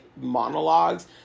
monologues